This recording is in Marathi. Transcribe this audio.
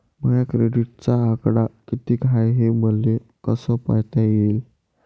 माया क्रेडिटचा आकडा कितीक हाय हे मले कस पायता येईन?